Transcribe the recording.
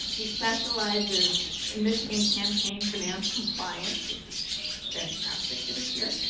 he specializes in michigan campaign finance compliance, this is fantastic that he's here,